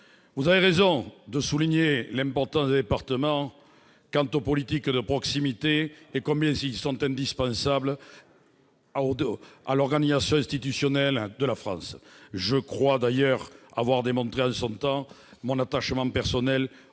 la sénatrice, de souligner l'importance des départements dans le cadre des politiques de proximité et leur rôle indispensable dans l'organisation institutionnelle de la France. Je crois d'ailleurs avoir démontré en mon temps mon attachement personnel